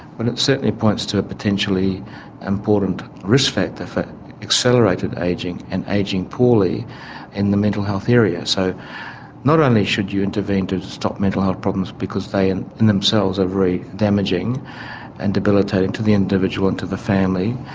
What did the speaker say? but it certainly points to a potentially important risk factor for accelerated ageing and ageing poorly in the mental health area. so not only should you intervene to to stop mental health problems because they in in themselves are very damaging and debilitating to the individual and to the family,